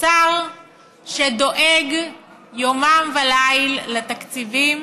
שר שדואג יומם וליל לתקציבים